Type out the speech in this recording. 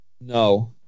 No